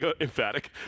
emphatic